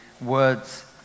words